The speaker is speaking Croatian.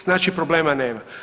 Znači problema nema.